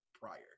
prior